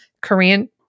Korean